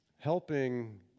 Helping